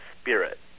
spirit